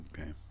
Okay